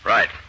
Right